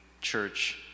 church